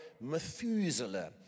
Methuselah